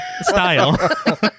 style